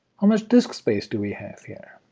how much disk space do we have here?